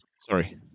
Sorry